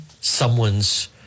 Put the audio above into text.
someone's